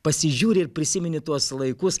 pasižiūri ir prisimeni tuos laikus